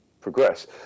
progress